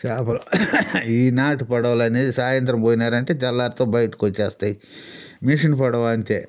చేపలు ఈ నాటు పడవలు అనేది సాయంత్రం పోయినారంటే తెల్లార్తో బయటికి వచ్చేస్తాయి మిషన్ పడవ అంతే